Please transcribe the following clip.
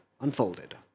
unfolded